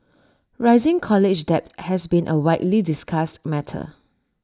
rising college debt has been A widely discussed matter